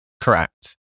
Correct